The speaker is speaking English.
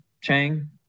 Chang